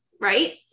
Right